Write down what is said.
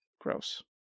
gross